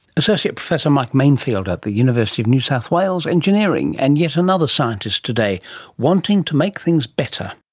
associate professor mike manefield at the university of new south wales, engineering, and yes, another scientist today wanting to make things better